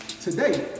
today